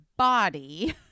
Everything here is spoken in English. body